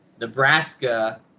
nebraska